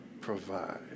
provide